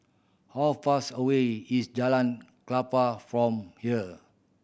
how far away is Jalan Klapa from here